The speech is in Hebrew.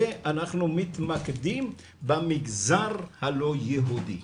ואנחנו מתמקדים במגזר הלא יהודי,